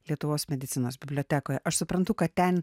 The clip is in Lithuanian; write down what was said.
lietuvos medicinos bibliotekoje aš suprantu kad ten